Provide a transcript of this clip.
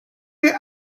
wir